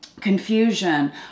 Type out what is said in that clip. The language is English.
confusion